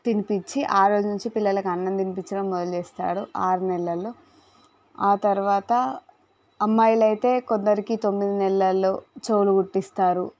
తినిపించి ఆ రోజు నుంచి పిల్లలకి అన్నం తినిపించడం మొదలు చేస్తారు ఆరు నెలల్లో ఆ తర్వాత అమ్మాయిలు అయితే కొందరికి తొమ్మిది నెలలో చెవులు కుట్టిస్తారు